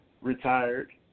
retired